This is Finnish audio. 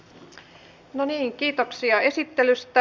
no niin kiitoksia esittelystä